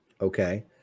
Okay